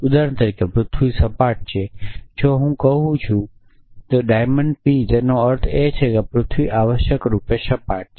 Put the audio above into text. ઉદાહરણ તરીકે પૃથ્વી સપાટ છે જો હું કહું છું ડાયમંડ p તેનો અર્થ એ છે કે પૃથ્વી આવશ્યકરૂપે સપાટ છે